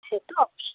সে তো অবশ্যই